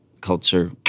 culture